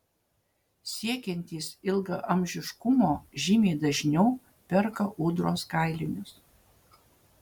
siekiantys ilgaamžiškumo žymiai dažniau perka ūdros kailinius